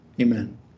Amen